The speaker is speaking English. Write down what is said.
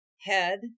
head